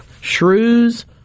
Shrews